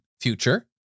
future